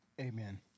Amen